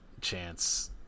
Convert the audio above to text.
chance